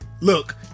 Look